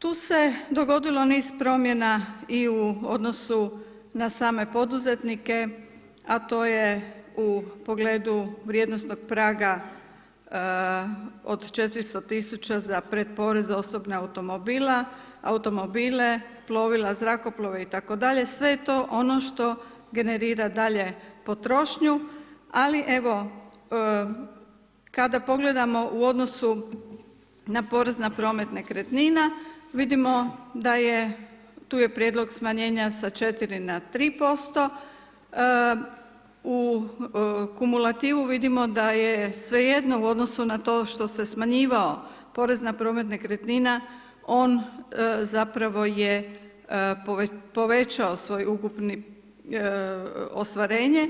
Tu se dogodilo niz promjena i u odnosu na same poduzetnike, a to je u pogledu vrijednosnog praga od 400000 za pretporez osobne automobile, plovila, zrakoplove i tako dalje, sve je to ono što generira dalje potrošnju, ali evo, kada pogledamo u odnosu na porez na promet nekretnina, vidimo da je, tu je prijedlog smanjenja sa 4 na 3%, u kumulativu vidimo da je svejedno u odnosu na to što se smanjivao porez na promet nekretnina, on, zapravo je, povećao svoj ukupni ostvarenje,